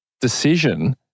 decision